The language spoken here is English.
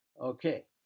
Okay